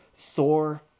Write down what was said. Thor